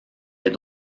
les